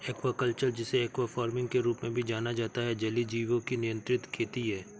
aquaculture, जिसे aqua farming के रूप में भी जाना जाता है, जलीय जीवों की नियंत्रित खेती है